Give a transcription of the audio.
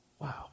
Wow